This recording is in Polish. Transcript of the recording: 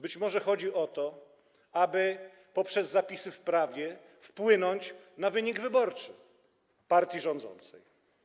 Być może chodzi o to, aby poprzez zapisy w prawie wpłynąć na wynik wyborczy partii rządzącej.